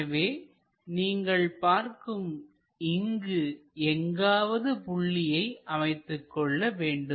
எனவே நீங்கள் பார்க்கும் இங்கு எங்காவது புள்ளியை அமைத்துக்கொள்ள வேண்டும்